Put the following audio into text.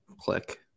click